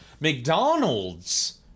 mcdonald's